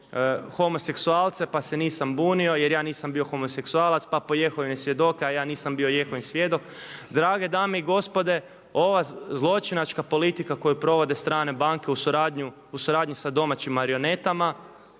homoseksualce pa se nisam bunio jer ja nisam bio homoseksualac, pa po jehovine svjedoke a ja nisam bio jehovin svjedok“. Drage dame i gospodo ova zločinačka politika koju provode strane banke u suradnji sa domaćim marionetama